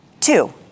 Two